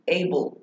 able